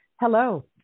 Hello